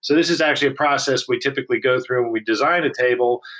so this is actually a process we typically go through when we design a table.